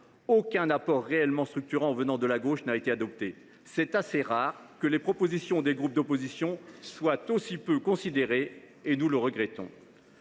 Aucun apport réellement structurant venant de la gauche n’a été adopté. C’est assez rare que les propositions des groupes d’opposition soient aussi peu considérées et nous le regrettons.